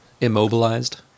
immobilized